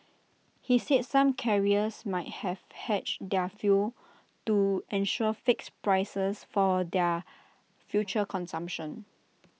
he said some carriers might have hedged their fuel to ensure fixed prices for their future consumption